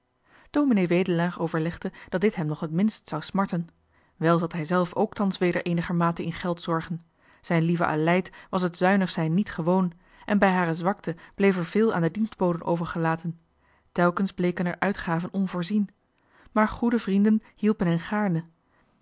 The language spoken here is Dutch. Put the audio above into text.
ds wedelaar overlegde dat dit hem nog het minst zou smarten wel zat hijzelf ook thans weder eenigermate in geldzorgen zijn lieve aleid was het zuinig zijn niet gewoon en bij hare zwakte bleef er veel aan de dienstboden overgelaten telkens bleken er uitgaven onvoorzien maar goede vrienden hielpen